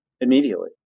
immediately